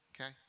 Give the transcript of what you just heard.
okay